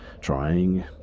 trying